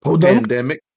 Pandemic